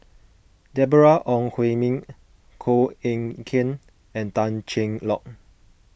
Deborah Ong Hui Min Koh Eng Kian and Tan Cheng Lock